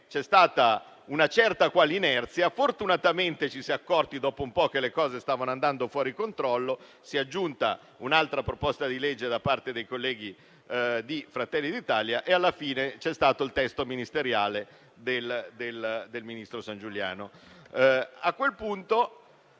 c'è stata una certa inerzia, ma fortunatamente ci si è accorti dopo un po' che le cose stavano andando fuori controllo, quindi si è aggiunta un'altra proposta di legge da parte dei colleghi di Fratelli d'Italia e alla fine è stato emanato il testo del ministro Sangiuliano.